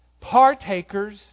Partakers